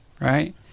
right